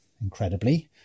incredibly